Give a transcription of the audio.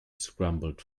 scrambled